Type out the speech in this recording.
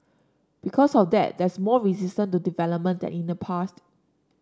because of that there's more resistance to development than in the past